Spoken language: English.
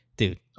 dude